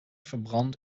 verbrand